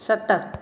सत